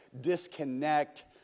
disconnect